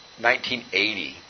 1980